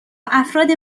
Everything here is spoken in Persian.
افراد